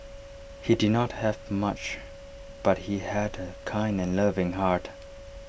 he did not have much but he had A kind and loving heart